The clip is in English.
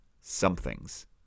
somethings